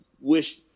wish